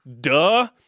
Duh